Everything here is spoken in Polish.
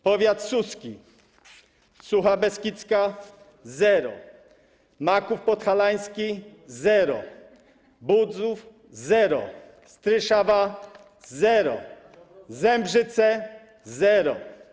Powiat suski: Sucha Beskidzka - zero, Maków Podhalański - zero, Budzów - zero, Stryszawa - zero, Zembrzyce - zero.